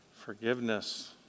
forgiveness